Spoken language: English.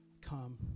come